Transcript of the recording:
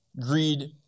greed